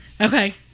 Okay